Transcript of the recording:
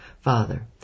father